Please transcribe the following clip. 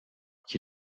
qui